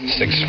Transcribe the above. six